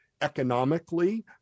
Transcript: economically